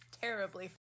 terribly